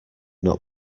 not